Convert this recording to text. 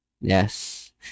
yes